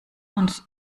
uns